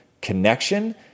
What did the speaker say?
Connection